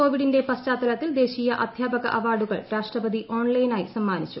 കോവിഡിന്റെ പശ്ചാത്തലത്തിൽ ദേശീയ അധ്യാപക അവാർഡുകൾ രാഷ്ട്രപതി ഓൺലൈനായി സമ്മാനിച്ചു